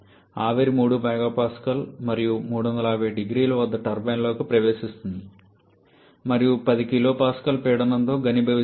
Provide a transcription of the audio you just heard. ఆవిరి 3 MPa మరియు 350 0C వద్ద టర్బైన్లోకి ప్రవేశిస్తుంది మరియు 10 kPa పీడనం తో ఘనీభవిస్తుంది